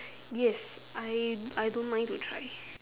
yes I I don't mind to try